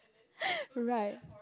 right